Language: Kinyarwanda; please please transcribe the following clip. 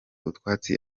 utwatsi